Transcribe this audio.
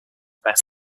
best